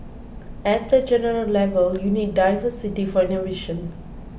at the general level you need diversity for innovation